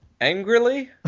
angrily